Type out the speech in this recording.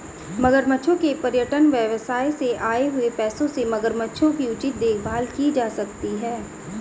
मगरमच्छों के पर्यटन व्यवसाय से आए हुए पैसों से मगरमच्छों की उचित देखभाल की जा सकती है